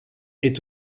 est